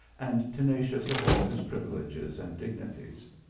and tenacious of all his privileges and dignities.